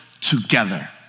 together